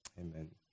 Amen